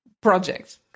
project